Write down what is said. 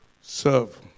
serve